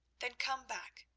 then come back,